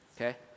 Okay